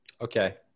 Okay